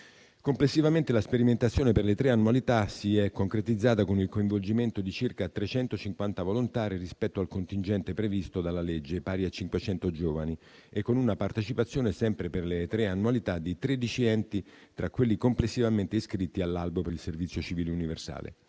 Complessivamente, la sperimentazione per le tre annualità si è concretizzata con il coinvolgimento di circa 350 volontari rispetto al contingente previsto dalla legge, pari a 500 giovani, e con una partecipazione, sempre per le tre annualità, di 13 enti tra quelli complessivamente iscritti all'albo per il servizio civile universale.